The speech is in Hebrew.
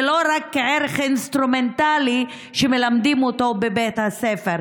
ולא רק כערך אינסטרומנטלי שמלמדים אותו בבית הספר.